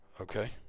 Okay